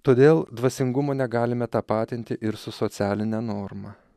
todėl dvasingumo negalime tapatinti ir su socialine norma